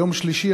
ביום שלישי,